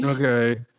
Okay